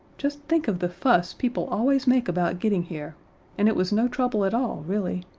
just think of the fuss people always make about getting here and it was no trouble at all, really.